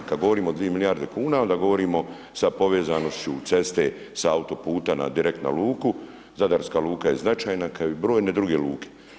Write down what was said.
Kad govorimo o 2 milijarde kuna onda govorimo sa povezanošću ceste sa autoputa na direktnu luku, zadarska luka je značajna kao i brojne druge luke.